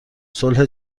صلح